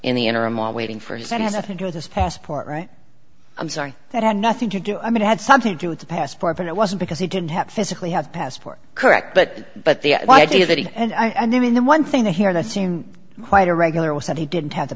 in the interim while waiting for his that has nothing to with his passport right i'm sorry that had nothing to do i mean it had something to do with the passport and it wasn't because he didn't have to physically have passport correct but but the idea that he and i mean the one thing that here that seemed quite irregular was that he didn't have the